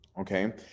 okay